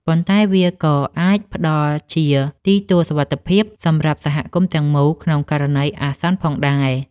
ប៉ុន្តែវាក៏អាចផ្តល់ជាទីទួលសុវត្ថិភាពសម្រាប់សហគមន៍ទាំងមូលក្នុងករណីអាសន្នផងដែរ។